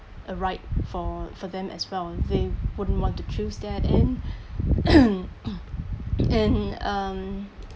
a right for for them as well they wouldn't want to choose that and and um